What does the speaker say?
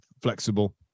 flexible